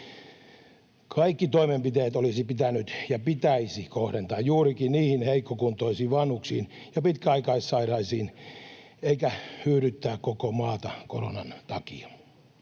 Kaikki toimenpiteet olisi pitänyt ja pitäisi kohdentaa juurikin niihin heikkokuntoisiin vanhuksiin ja pitkäaikaissairaisiin eikä hyydyttää koko maata koronan takia.